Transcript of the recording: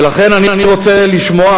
ולכן אני רוצה לשמוע,